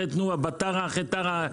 אחרי תנובה באה טרה, ואחרי טרה,